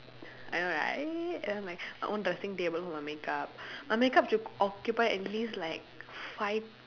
I know right and then like I want dressing table for my makeup my makeup should occupy at least like five